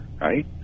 right